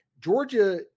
Georgia